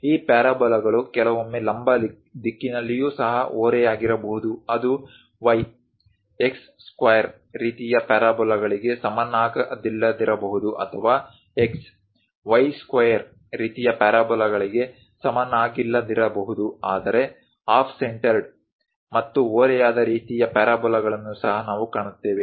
ಈ ಪ್ಯಾರಾಬೋಲಾಗಳು ಕೆಲವೊಮ್ಮೆ ಲಂಬ ದಿಕ್ಕಿನಲ್ಲಿಯೂ ಸಹ ಓರೆಯಾಗಿರಬಹುದು ಅದು y x ಸ್ಕ್ವೇರ್ ರೀತಿಯ ಪ್ಯಾರಾಬೋಲಾಗಳಿಗೆ ಸಮನಾಗಿಲ್ಲದಿರಬಹುದು ಅಥವಾ x y ಸ್ಕ್ವೇರ್ ರೀತಿಯ ಪ್ಯಾರಾಬೋಲಾಗಳಿಗೆ ಸಮನಾಗಿಲ್ಲದಿರಬಹುದು ಆದರೆ ಆಫ್ ಸೆಂಟರ್ಡ್ ಮತ್ತು ಓರೆಯಾದ ರೀತಿಯ ಪ್ಯಾರಾಬೋಲಾಗಳನ್ನು ಸಹ ನಾವು ಕಾಣುತ್ತೇವೆ